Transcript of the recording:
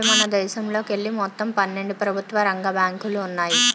ఇప్పుడు మనదేశంలోకెళ్ళి మొత్తం పన్నెండు ప్రభుత్వ రంగ బ్యాంకులు ఉన్నాయి